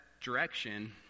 direction